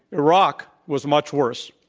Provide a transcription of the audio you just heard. iraq was much worse.